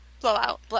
Blowout